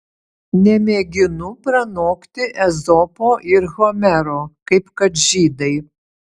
nemėginu pranokti ezopo ir homero kaip kad žydai